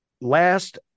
last